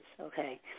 okay